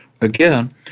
again